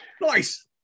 Nice